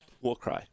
Warcry